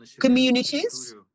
communities